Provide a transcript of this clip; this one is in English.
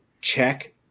check